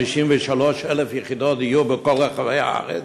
153,000 יחידות דיור בכל רחבי הארץ,